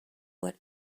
what